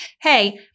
hey